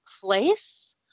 place